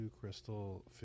Crystal